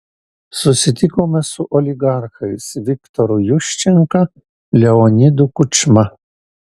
susitikome su oligarchais viktoru juščenka leonidu kučma